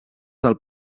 del